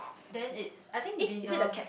then it I think dinner